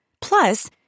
Plus